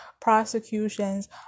prosecutions